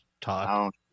Talk